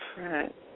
Right